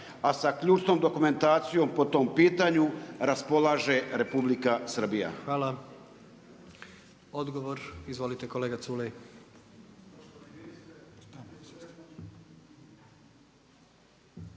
a sa ključnom dokumentacijom po tom pitanju raspolaže Republika Srbija. **Jandroković, Gordan